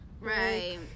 Right